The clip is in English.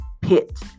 pit